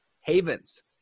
Havens